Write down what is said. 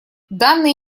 данная